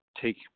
take